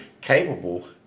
capable